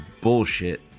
bullshit